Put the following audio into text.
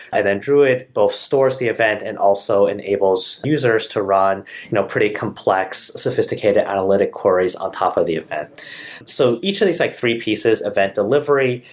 then druid both stores the event and also enables users to run you know pretty complex sophisticated analytic queries on top of the event so each of these like three pieces event delivery,